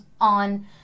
on